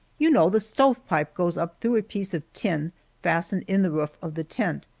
you know the stovepipe goes up through a piece of tin fastened in the roof of the tent,